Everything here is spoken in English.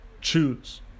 choose